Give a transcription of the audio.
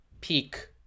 peak